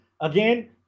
again